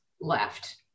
left